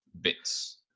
Bits